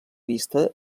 vista